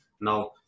Now